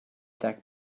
deg